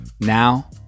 Now